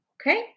Okay